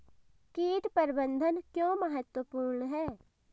कीट प्रबंधन क्यों महत्वपूर्ण है?